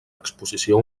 exposició